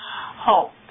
hope